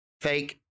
fake